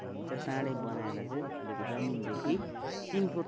भनिन्छ टाँडे बनाएर चाहिँ अलिक जमिनदेखि तिन फुट